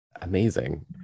Amazing